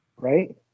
Right